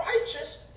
righteous